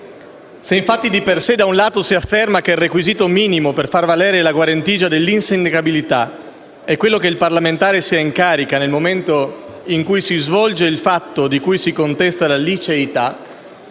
Se infatti, di per sé, da un lato si afferma che il requisito minimo per far valere la guarentigia dell'insindacabilità è quello che il parlamentare sia in carica nel momento in cui si svolge il fatto di cui si contesta la liceità,